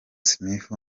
smith